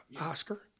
Oscar